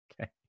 Okay